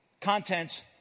contents